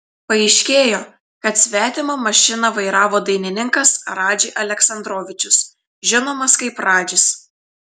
paaiškėjo kad svetimą mašiną vairavo dainininkas radži aleksandrovičius žinomas kaip radžis